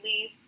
leave